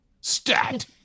Stat